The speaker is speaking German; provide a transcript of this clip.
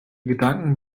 gedanken